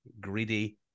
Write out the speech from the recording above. greedy